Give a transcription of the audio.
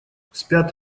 спят